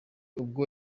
ubwo